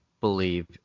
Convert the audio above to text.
believe